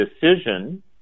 decision